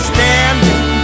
Standing